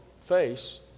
face